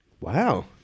Wow